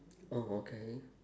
oh okay